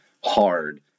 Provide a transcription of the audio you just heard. hard